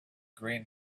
green